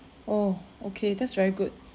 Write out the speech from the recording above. oh okay that's very good